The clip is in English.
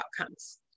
outcomes